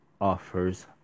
offers